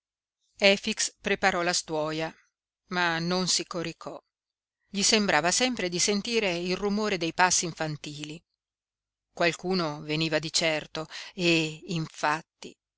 accanto efix preparò la stuoia ma non si coricò gli sembrava sempre di sentire il rumore dei passi infantili qualcuno veniva di certo e infatti